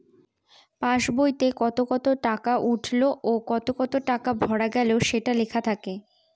pass বইতে কত কত টাকা উঠলো ও কত কত টাকা ভরা গেলো সেটা লেখা থাকে